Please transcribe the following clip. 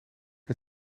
het